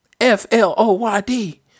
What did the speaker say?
F-L-O-Y-D